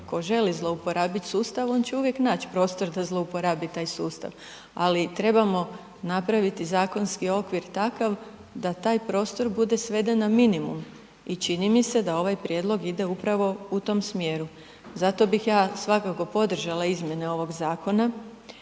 tko želi zlouporabiti sustav on će uvijek naći prostor da zlouporabi taj sustav, ali trebamo napraviti zakonski okvir takav da taj prostor bude sveden na minimum. I čini mi se da ovaj prijedlog ide upravo u tom smjeru. Zato bih ja svakako podržala izmjene ovog zakona